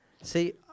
See